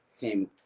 came